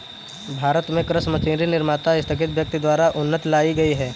भारत में कृषि मशीनरी निर्माता स्थगित व्यक्ति द्वारा उन्नति लाई गई है